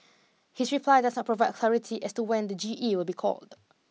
his reply does not provide clarity as to when the G E will be called